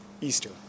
Easter